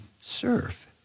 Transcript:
serve